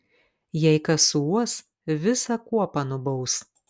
jei kas suuos visą kuopą nubaus